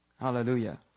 Hallelujah